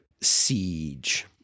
Siege